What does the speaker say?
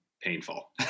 painful